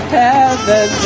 heaven